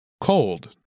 Cold